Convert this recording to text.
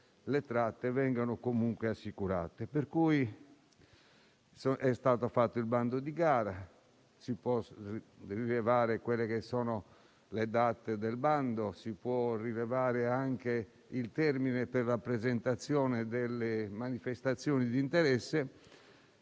le tratte vengano comunque assicurate. Quindi è stato fatto il bando di gara, si possono rilevare le date del bando, si può rilevare anche il termine per la presentazione delle manifestazioni di interesse